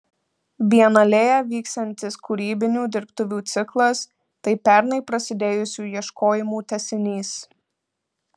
bienalėje vyksiantis kūrybinių dirbtuvių ciklas tai pernai prasidėjusių ieškojimų tęsinys